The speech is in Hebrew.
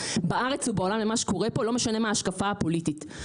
בארץ ובעולם למה שקורה כאן ולא משנה מה ההשקפה הפוליטית.